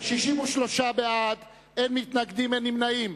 63 בעד, אין מתנגדים, אין נמנעים.